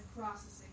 processing